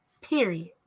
Period